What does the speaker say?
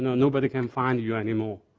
nobody can find you anymore.